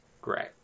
Great